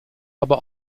aber